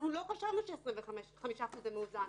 כי לא חשבנו ש-25% זה מאוזן.